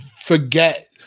forget